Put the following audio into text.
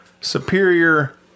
superior